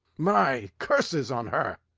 my curses on her!